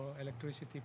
electricity